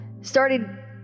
Started